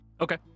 Okay